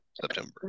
September